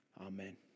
Amen